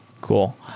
Cool